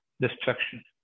destruction